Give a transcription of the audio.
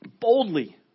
boldly